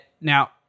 now